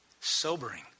Sobering